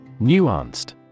Nuanced